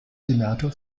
senator